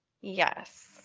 Yes